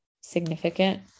significant